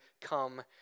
come